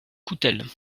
coutelle